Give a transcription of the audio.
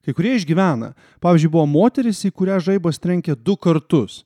kai kurie išgyvena pavyzdžiui buvo moteris į kurią žaibas trenkė du kartus